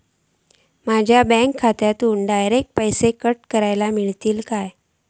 माझ्या बँक खात्यासून डायरेक्ट पैसे कट करूक मेलतले काय?